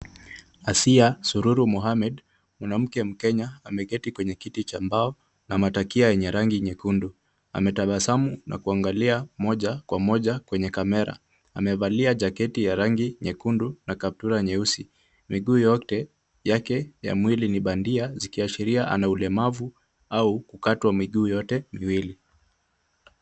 Asiya Sururu Mohamed, mwanamke mkenya ameketi kwenye kiti cha mbao na matakia yenye rangi nyekundu, ametabasamu na kuangalia moja kwa moja kwenye kamera, amevalia jaketi ya rangi nyekundu na kaptula nyeusi, miguu yote yake ya mwili ni bandia zikiashiria ala ulemavu au kukatwa miguu yote miwili.